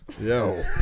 Yo